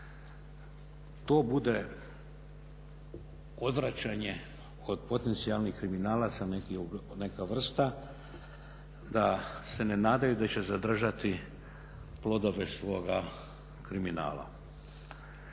to bude odvraćanje od potencijalnih kriminalaca, neka vrsta, da se ne nadaju da će zadržati plodove svoga kriminala.